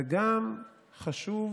וגם חשוב